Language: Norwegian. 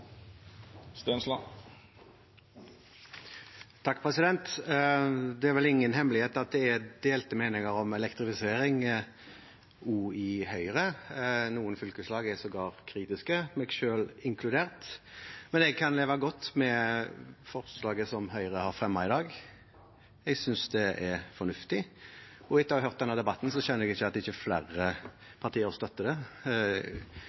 Det er vel ingen hemmelighet at det er delte meninger om elektrifisering også i Høyre. Noen fylkeslag er sågar kritiske, meg selv inkludert. Men jeg kan leve godt med forslaget som Høyre har fremmet i dag. Jeg synes det er fornuftig, og etter å ha hørt denne debatten så skjønner jeg ikke hvorfor ikke flere partier støtter det.